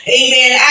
amen